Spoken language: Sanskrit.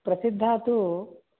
प्रसिद्धा तु